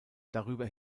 darüber